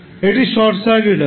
এটি short circuit হবে